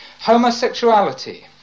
homosexuality